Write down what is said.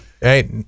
Hey